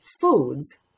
foods